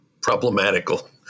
problematical